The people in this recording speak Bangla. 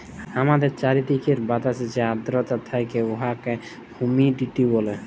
আমাদের চাইরদিকের বাতাসে যে আদ্রতা থ্যাকে উয়াকে হুমিডিটি ব্যলে